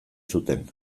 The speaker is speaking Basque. zuten